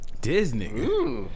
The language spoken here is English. Disney